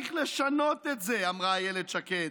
צריך לשנות את זה, אמרה אילת שקד.